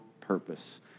purpose